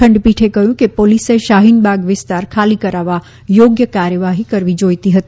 ખંડપીઠે કહ્યું કે પોલીસે શાહીનબાગ વિસ્તાર ખાલી કરાવવા યોગ્ય કાર્યવાહી કરવી જોઇતી હતી